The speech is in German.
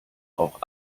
auch